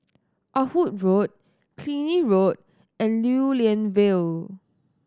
Ah Hood Road Killiney Road and Lew Lian Vale